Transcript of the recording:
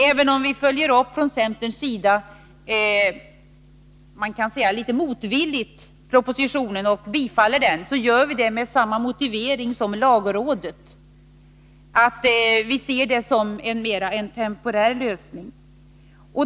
Även om vi från centerns sida litet motvilligt — kan man säga — tillstyrker propositionen, gör vi det med samma motivering som lagrådet. Vi ser det mer som en temporär lösning.